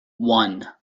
one